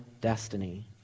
destiny